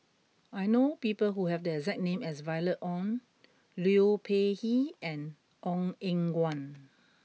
I know people who have the exact name as Violet Oon Liu Peihe and Ong Eng Guan